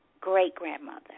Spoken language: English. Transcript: great-grandmother